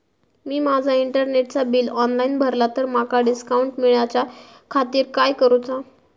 मी माजा इंटरनेटचा bill online भरला तर माका डिस्काउंट मिलाच्या खातीर काय करुचा?